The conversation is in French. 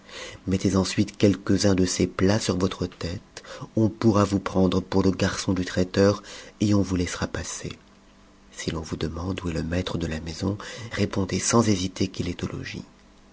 mettez ensuite quelques-uns de ces plats sur votre tête on pourra vous prendre pour le garçon du traiteur et on vous laissera passer si t'on vous demande où est le maître de la maison répondez sans hésiter qu'il